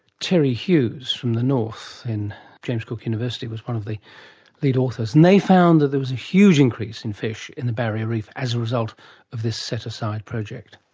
terry hughes from the north in james cook university was one of the lead authors, and they found that there was a huge increase in fish in the barrier reef as a result of this set-aside project.